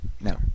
No